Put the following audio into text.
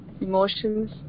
emotions